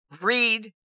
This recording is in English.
read